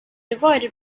avoided